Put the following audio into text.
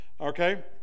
Okay